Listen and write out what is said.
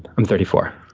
i'm thirty four.